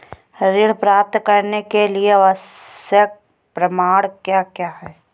ऋण प्राप्त करने के लिए आवश्यक प्रमाण क्या क्या हैं?